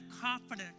confidence